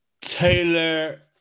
Taylor